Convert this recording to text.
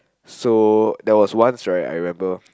so there was once right I remember